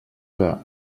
que